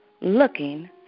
looking